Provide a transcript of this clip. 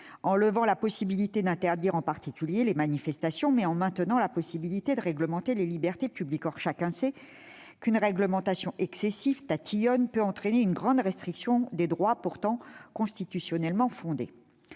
supprimant la possibilité d'interdire les manifestations, mais en maintenant celle de réglementer les libertés publiques. Or chacun sait qu'une réglementation excessive, tatillonne, peut entraîner une grande restriction de droits pourtant constitutionnellement fondés.